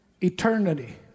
Eternity